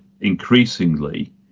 increasingly